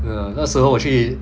ya 那时候我去